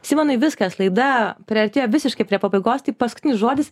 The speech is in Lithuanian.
simonai viskas laida priartėjo visiškai prie pabaigos tai paskutinis žodis